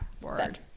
Word